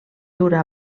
dura